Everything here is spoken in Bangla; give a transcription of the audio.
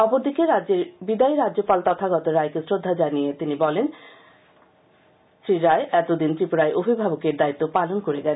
অপরদিকে রাজ্যের বিদায়ী রাজ্যপাল তথাগত রায়কে শ্রদ্ধা জানিয়ে বলেন তিনি এতদিন ত্রিপুরায় অভিভাবকের দায়িত্ব পালন করেছেন